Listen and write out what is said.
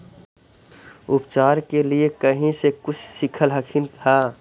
उपचार के लीये कहीं से कुछ सिखलखिन हा?